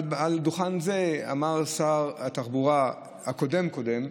על דוכן זה אמר שר התחבורה הקודם-קודם: